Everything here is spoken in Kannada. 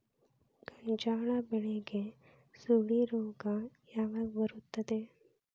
ಗೋಂಜಾಳ ಬೆಳೆಗೆ ಸುಳಿ ರೋಗ ಯಾವಾಗ ಬರುತ್ತದೆ?